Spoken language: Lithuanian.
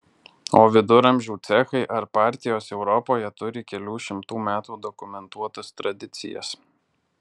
o viduramžių cechai ar partijos europoje turi kelių šimtų metų dokumentuotas tradicijas